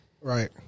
Right